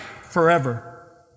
forever